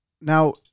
Now